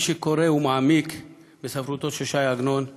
מי שקורא ומעמיק בספרותו של ש"י עגנון,